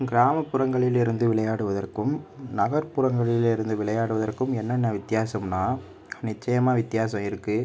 கிராமப்புறங்களிலிருந்து விளையாடுவதற்கும் நகர்புறங்களிலிருந்து விளையாடுவதற்கும் என்னென்ன வித்தியாசம்னால் நிச்சயமாக வித்தியாசம் இருக்குது